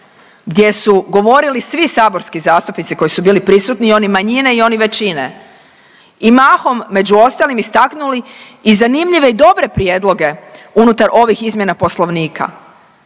gdje su govorili svi saborski zastupnici koji su bili prisutni i oni manjine i oni većine i mahom među ostalim, istaknuli i zanimljive i dobre prijedloge unutar ovih izmjena Poslovnika,